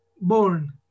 born